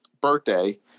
birthday